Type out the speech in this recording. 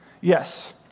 Yes